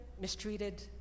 Mistreated